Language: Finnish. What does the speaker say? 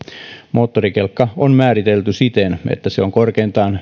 moottorikelkka on määritelty siten että se on korkeintaan